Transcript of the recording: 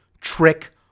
trick